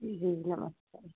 जी जी नमस्कार